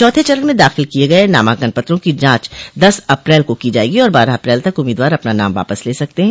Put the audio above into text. चौथे चरण में दाखिल किये गये नामांकन पत्रों की जांच दस अप्रैल को जायेगी और बारह अप्रैल तक उम्मीदवार अपना नाम वापस ले सकते हैं